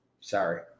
sorry